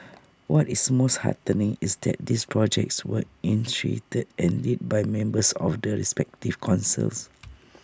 what is most heartening is that these projects were initiated and led by members of the respective councils